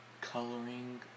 Coloring